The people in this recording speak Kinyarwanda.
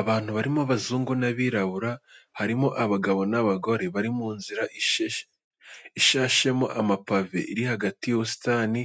Abantu barimo abazungu n'abirabura, harimo abagabo n'abagore bari mu nzira ishashemo amapave iri hagati y'ubusitani,